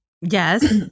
Yes